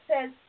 says